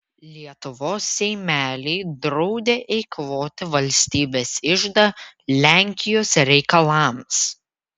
lietuvos seimeliai draudė eikvoti valstybės iždą lenkijos reikalams